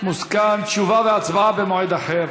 מוסכם שתשובה והצבעה במועד אחר.